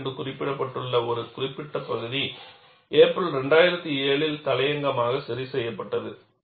4 என்று குறிப்பிடப்பட்டுள்ள ஒரு குறிப்பிட்ட பகுதி ஏப்ரல் 2007 இல் தலையங்கமாக சரி செய்யப்பட்டது